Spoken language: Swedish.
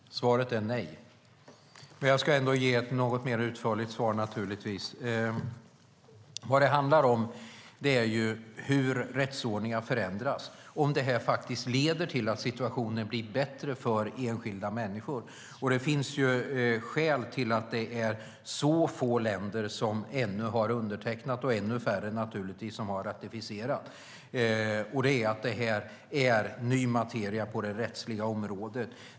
Herr talman! Svaret är nej. Men jag ska naturligtvis ändå ge ett något mer utförligt svar. Vad det handlar om är hur rättsordningar förändras och om detta faktiskt leder till att situationen blir bättre för enskilda människor. Det finns skäl till att det är så få länder som ännu har undertecknat detta och naturligtvis till att det är ännu färre som har ratificerat det, och det är att detta är ny materia på det rättsliga området.